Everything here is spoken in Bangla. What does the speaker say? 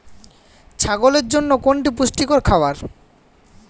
ছাগলের জন্য কোনটি পুষ্টিকর খাবার?